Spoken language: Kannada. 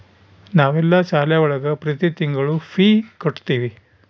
ನಾವೆಲ್ಲ ಶಾಲೆ ಒಳಗ ಪ್ರತಿ ತಿಂಗಳು ಫೀ ಕಟ್ಟುತಿವಿ